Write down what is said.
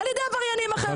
על ידי עבריינים אחרים.